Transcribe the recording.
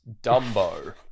Dumbo